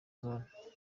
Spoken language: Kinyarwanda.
zone